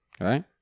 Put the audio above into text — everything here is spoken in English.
right